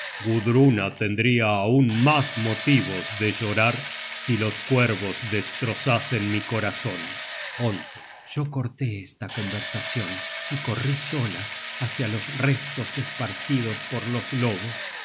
gudruna tendria aun mas motivos de llorar si los cuervos destrozasen mi corazon yo corté esta conversacion y corrí sola hácia los restos esparcidos por los lobos